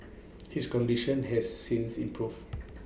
his condition has since improved